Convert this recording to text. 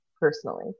personally